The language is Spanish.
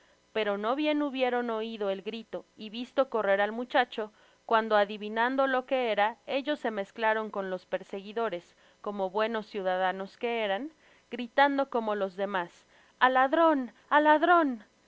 pero no bien hubieron oido el grito y visto correr al muchacho cuando adivinando lo que era ello se mezclaron con los perseguidores como buenos ciudadanos que eran gritando como los demás al ladron al ladron